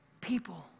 people